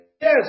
yes